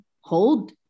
hold